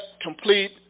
complete